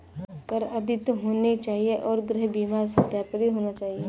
कर अद्यतित होने चाहिए और गृह बीमा सत्यापित होना चाहिए